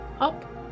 up